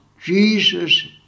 Jesus